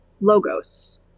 logos